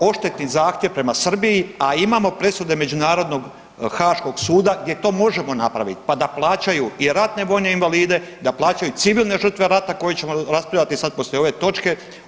odštetni zahtjev prema Srbiji, a imamo presude Međunarodnog haaškog suda gdje to možemo napraviti pa da plaćaju i ratne vojne invalide, da plaćaju civilne žrtve rata koje ćemo raspravljati sada poslije ove točke.